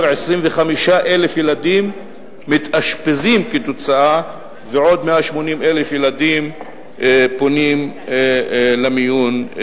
25,000 ילדים מתאשפזים ועוד 180,000 ילדים פונים למיון.